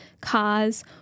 cars